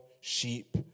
sheep